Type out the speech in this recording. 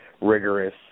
rigorous